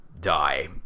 die